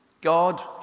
God